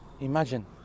Imagine